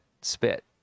spit